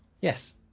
Yes